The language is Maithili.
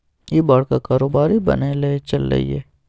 इह बड़का कारोबारी बनय लए चललै ये